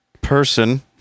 person